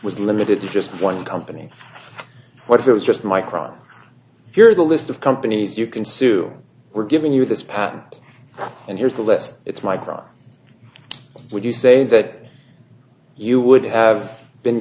was limited to just one company what if it was just micron here's a list of companies you can sue we're given you this patent and here's the list it's my car would you say that you would have been